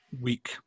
Week